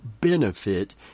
benefit